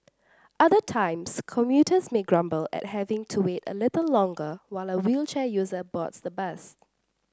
other times commuters may grumble at having to wait a little longer while a wheelchair user boards the bus